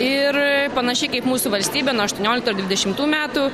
ir panašiai kaip mūsų valstybė nuo aštuonioliktų ar dvidešimtų metų